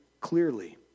clearly